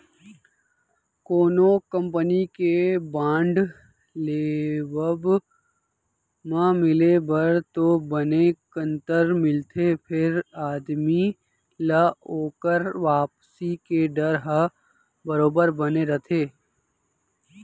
कोनो कंपनी के बांड लेवब म मिले बर तो बने कंतर मिलथे फेर आदमी ल ओकर वापसी के डर ह बरोबर बने रथे